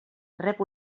rep